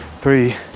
Three